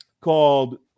called